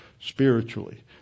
spiritually